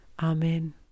Amen